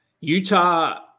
Utah